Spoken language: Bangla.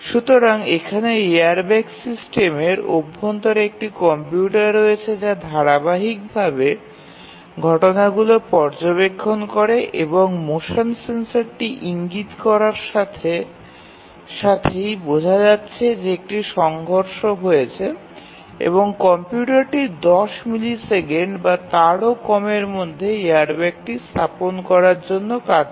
সুতরাং এখানে এই এয়ারব্যাগ সিস্টেমের অভ্যন্তরে একটি কম্পিউটার রয়েছে যা ধারাবাহিকভাবে ঘটনাগুলি পর্যবেক্ষণ করে এবং মোশন সেন্সরটি ইঙ্গিত করার সাথে সাথেই বোঝা যাচ্ছে যে একটি সংঘর্ষ হয়েছে এবং কম্পিউটারটি 10 মিলিসেকেন্ড বা তারও কমের মধ্যে এয়ারব্যাগটি স্থাপন করার জন্য কাজ করে